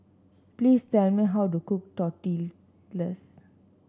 please tell me how to cook Tortillas